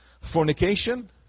Fornication